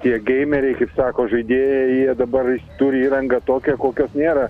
tie geimeriai kaip sako žaidėjai jie dabar turi įrangą tokią kokios nėra